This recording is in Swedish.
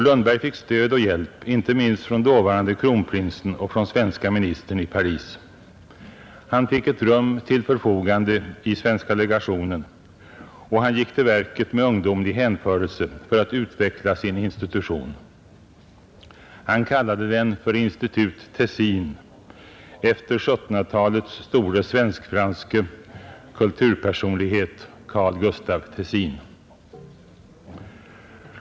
Lundberg fick stöd och hjälp, inte minst från dåvarande kronprinsen och från svenske ministern i Paris. Han fick ett rum till förfogande i svenska legationen, och han gick till verket med ungdomlig hänförelse för att utveckla sin institution. Han kallade den Institut Tessin efter 1700-talets store svensk-franske kulturpersonlighet, Carl Gustaf Tessin.